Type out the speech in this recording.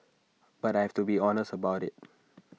but I've to be honest about IT